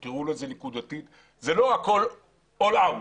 זה לא הכול All out.